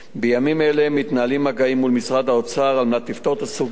בימים אלה מתנהלים מגעים עם משרד האוצר כדי לפתור את הסוגיה.